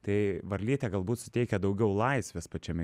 tai varlytė galbūt suteikia daugiau laisvės pačiam